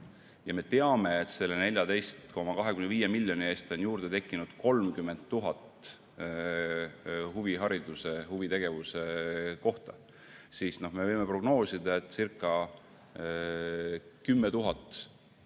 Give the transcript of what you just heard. ja teame, et selle 14,25 miljoni eest on juurde tekkinud 30 000 huvihariduse ja huvitegevuse kohta, siis võime prognoosida, etcirca10 000